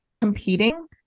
Competing